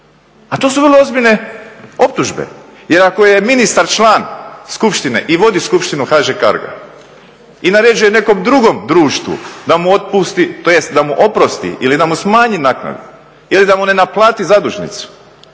A to su vrlo ozbiljne optužbe. Jer ako je ministar član skupštine i vodi skupštinu HŽ CARGO-a i naređuje nekom drugom društvo da mu otpusti, tj. da mu oprosti ili da mu smanji naknade ili da mu ne naplati zadužnicu